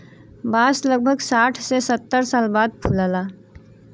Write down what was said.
बांस लगभग साठ से सत्तर साल बाद फुलला